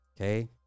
Okay